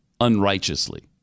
unrighteously